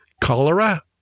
Cholera